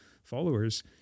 Followers